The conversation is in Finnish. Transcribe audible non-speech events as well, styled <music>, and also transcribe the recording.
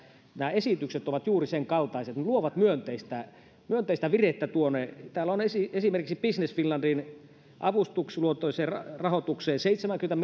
nämä esitykset ovat juuri sen kaltaisia että ne luovat myönteistä myönteistä virettä tuonne täällä on esimerkiksi business finlandin avustusluontoiseen rahoitukseen seitsemänkymmenen <unintelligible>